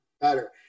better